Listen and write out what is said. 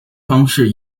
方式